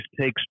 takes